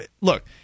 look